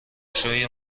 شوی